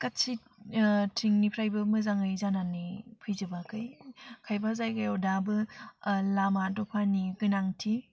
गासै थिंनिफ्रायबो मोजाङै जानानै फैजोबाखै खायफा जायगायाव दाबो लामा दफानि गोनांथि